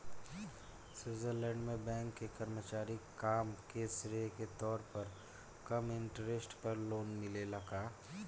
Switzerland में bank के कर्मचारी के काम के श्रेय के तौर पर कम इंटरेस्ट पर लोन मिलेला का?